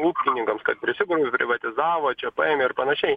ūkininkams kad prisigrobė privatizavo čia paėmė ir panašiai